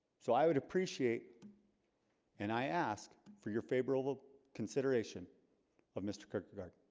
so i would appreciate and i ask for your favorable consideration of mr. kirkegaard,